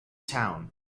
town